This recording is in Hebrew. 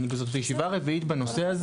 זאת הישיבה הרביעית בנושא הזה,